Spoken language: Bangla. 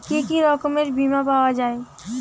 কি কি রকমের বিমা পাওয়া য়ায়?